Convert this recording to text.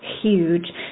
huge